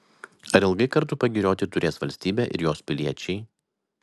ar ilgai kartu pagirioti turės valstybė ir jos piliečiai